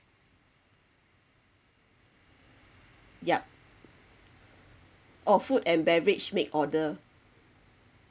yup oh food and beverage make order